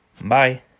bye